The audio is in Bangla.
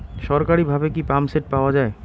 সরকারিভাবে কি পাম্পসেট পাওয়া যায়?